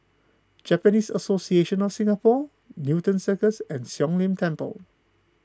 Japanese Association of Singapore Newton Circus and Siong Lim Temple